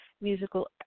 musical